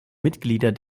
mitglieder